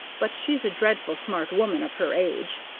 but she's a dreadful smart woman of her age.